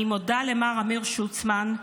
אני מודה למר אמיר שוצמן,